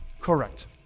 Correct